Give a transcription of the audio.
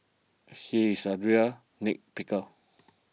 he is a real nitpicker